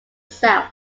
south